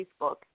Facebook